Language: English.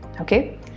Okay